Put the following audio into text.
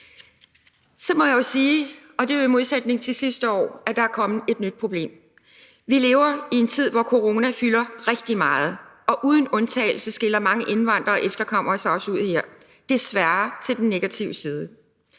Så må jeg sige – og det er jo i modsætning til sidste år – at der er kommet et nyt problem. Vi lever i en tid, hvor corona fylder rigtig meget, og uden undtagelse skiller mange indvandrere og efterkommere sig også ud her – desværre til den negative side.